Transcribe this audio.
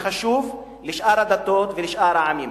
החשוב לשאר הדתות ולשאר העמים.